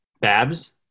Babs